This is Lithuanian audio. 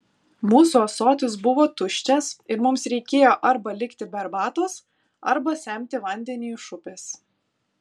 mūsų ąsotis buvo tuščias ir mums reikėjo arba likti be arbatos arba semti vandenį iš upės